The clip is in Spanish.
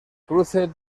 cruce